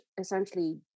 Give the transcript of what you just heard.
essentially